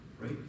right